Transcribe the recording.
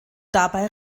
dabei